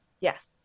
Yes